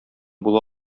була